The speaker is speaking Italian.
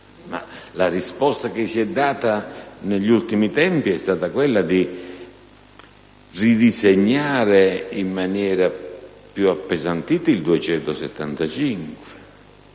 (la risposta che si è data negli ultimi tempi è stata quella di ridisegnare in maniera più appesantita